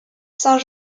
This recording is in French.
saint